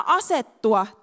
asettua